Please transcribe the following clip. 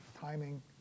timing